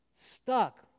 Stuck